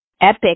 epic